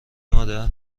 مادر